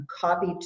copy